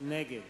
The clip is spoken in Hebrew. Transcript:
נגד